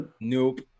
Nope